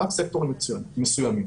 רק סקטורים מסוימים,